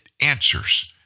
answers